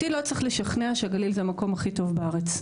אותי לא צריך לשכנע שהגליל הוא המקום הכי טוב בארץ,